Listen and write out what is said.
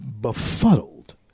befuddled